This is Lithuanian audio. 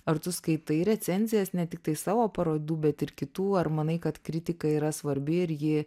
ar tu skaitai recenzijas ne tiktai savo parodų bet ir kitų ar manai kad kritika yra svarbi ir ji